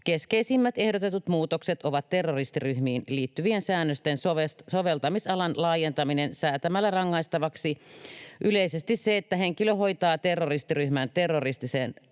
Keskeisimmät ehdotetut muutokset ovat terroristiryhmiin liittyvien säännösten soveltamisalan laajentaminen säätämällä rangaistavaksi yleisesti se, että henkilö hoitaa terroristiryhmän terroristisen